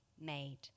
made